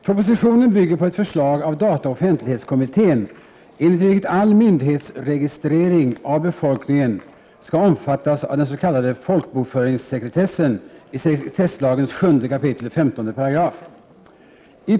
Propositionen bygger på ett förslag av dataoch offentlighetskommittén, enligt vilket all myndighetsregistrering av befolkningen skall omfattas av den s.k. folkbokföringssekretessen i 7 kap. 15 § sekretesslagen.